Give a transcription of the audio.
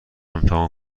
امتحان